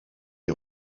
est